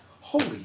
Holy